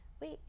wait